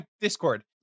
Discord